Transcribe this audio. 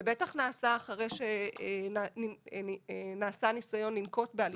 זה בטח נעשה אחרי שנעשה ניסיון לנקוט בהליכים אחרים.